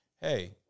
Hey